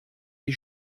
die